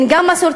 הן גם מסורתיות,